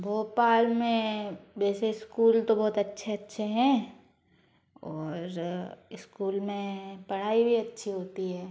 भोपाल में वैसे इस्कूल तो बहोत अच्छे अच्छे हैं और इस्कूल में पढ़ाई भी अच्छी होती है